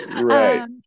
Right